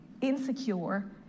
insecure